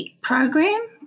program